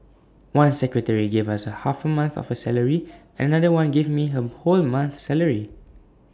one secretary gave us half A month of her salary another one gave me her whole month's salary